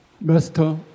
Master